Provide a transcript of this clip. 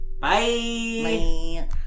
Bye